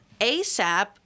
ASAP